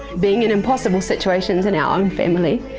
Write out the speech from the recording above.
being in impossible situations in our own family